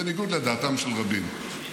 בניגוד לדעתם של רבים,